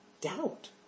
doubt